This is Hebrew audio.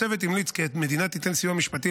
הצוות המליץ כי המדינה תיתן סיוע משפטי,